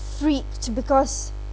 freaked because